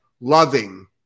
loving